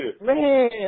Man